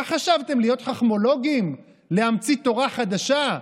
מה חשבתם, להיות חכמולוגים, להמציא תורה חדשה?